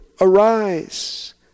Arise